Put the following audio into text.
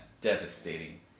devastating